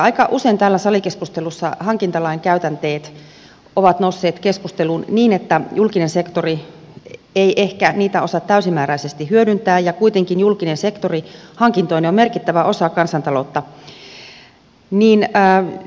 aika usein täällä salikeskusteluissa hankintalain käytänteet ovat nousseet keskusteluun niin että julkinen sektori ei ehkä niitä osaa täysimääräisesti hyödyntää ja kuitenkin julkinen sektori hankintoineen on merkittävä osa kansantaloutta